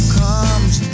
comes